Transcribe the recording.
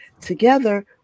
Together